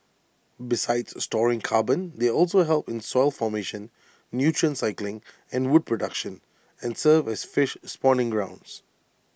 besides storing carbon they also help in soil formation nutrient cycling and wood production and serve as fish spawning grounds